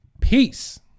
peace